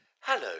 Hello